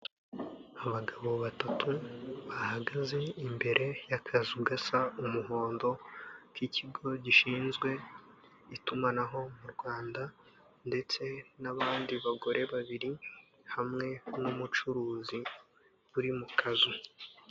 Abagabo batatu bahagaze imbere y'akazu gasa umuhondo k'ikigo gishinzwe itumanaho mu Rwanda ndetse n'abandi bagore babiri hamwe n'umucuruzi uri mu kazu.